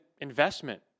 investment